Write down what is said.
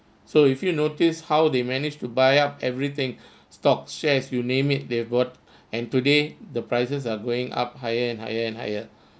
so if you notice how they manage to buy up everything stocks shares you name it they've bought and today the prices are going up higher and higher and higher